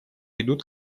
идут